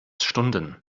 stunden